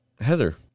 heather